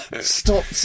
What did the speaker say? Stop